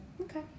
Okay